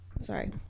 sorry